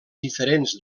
diferents